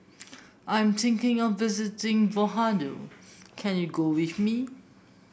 I'm thinking of visiting Vanuatu can you go with me